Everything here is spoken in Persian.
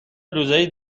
روزای